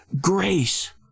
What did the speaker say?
grace